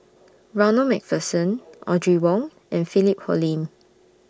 Ronald MacPherson Audrey Wong and Philip Hoalim